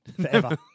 forever